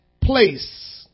place